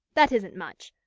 that isn't much.